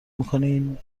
میکنین